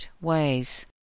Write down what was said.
ways